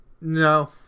no